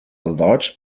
large